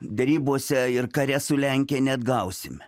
derybose ir kare su lenkija neatgausim